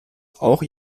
auch